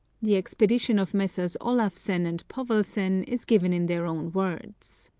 the expedition of messrs. olafsen and povelsen is given in their own words.